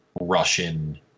Russian